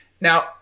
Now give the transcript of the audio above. Now